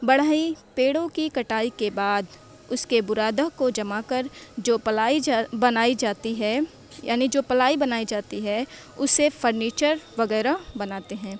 بڑھئی پیڑوں کی کٹائی کے بعد اس کے برادہ کو جما کر جو پلائی جا بنائی جاتی ہے یعنی جو پلائی بنائی جاتی ہے اس سے فرنیچر وغیرہ بناتے ہیں